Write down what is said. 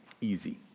Easy